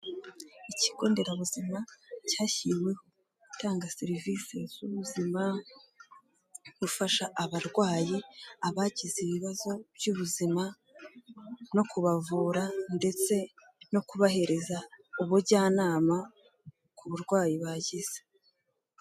Ikigo nderabuzima cyashyiriweho gutanga serivisi z'ubuzima gufasha abarwayi, abagize ibibazo by'ubuzima no kubavura ndetse no kubahereza ubujyanama ku burwayi bagize.